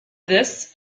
this